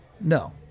No